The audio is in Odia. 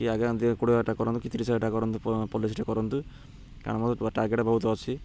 କି ଆଜ୍ଞା ଏ କୋଡ଼ିଏହଜାର ଟଙ୍କା କରନ୍ତୁ କି ତିରିଶହଜାର ଟଙ୍କା କରନ୍ତୁ ପଲିସିଟେ କରନ୍ତୁ କାରଣ ମୋର ଟାର୍ଗେଟ୍ ବହୁତ ଅଛି